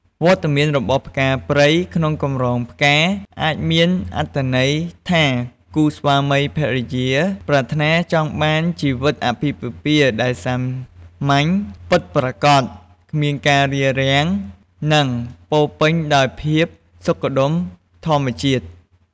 វត្តមានរបស់ផ្កាព្រៃក្នុងកម្រងផ្កា អាចមានន័យថាគូស្វាមីភរិយាប្រាថ្នាចង់បានជីវិតអាពាហ៍ពិពាហ៍ដែលសាមញ្ញ ពិតប្រាកដ គ្មានការរារាំង និងពោរពេញដោយភាពសុខដុមធម្មជាតិ។